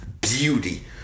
beauty